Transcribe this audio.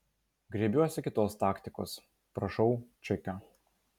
griebiuosi kitos taktikos prašau čekio